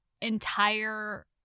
entire